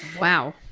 Wow